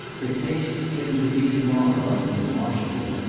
her taste is getting to be demoralised in washington.